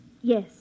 Yes